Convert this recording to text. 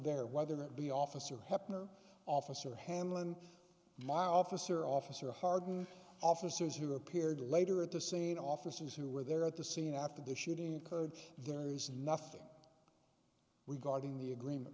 there whether it be officer heppner officer hamlin my officer officer harden officers who appeared later at the scene officers who were there at the scene after the shooting occurred there is nothing we guarding the agreement